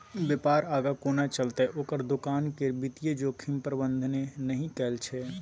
बेपार आगाँ कोना चलतै ओकर दोकान केर वित्तीय जोखिम प्रबंधने नहि कएल छै